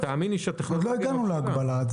עוד לא הגענו להגבלה.